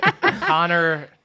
Connor